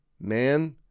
Man